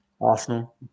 Arsenal